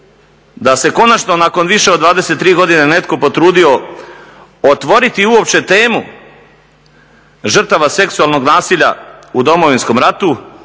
da se konačno nakon više od 23 godine netko potrudio otvoriti uopće temu žrtava seksualnog nasilja u Domovinskom ratu